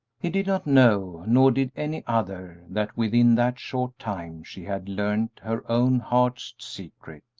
he did not know, nor did any other, that within that short time she had learned her own heart's secret.